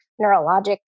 neurologic